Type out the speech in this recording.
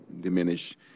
diminish